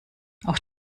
auch